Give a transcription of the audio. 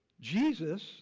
Jesus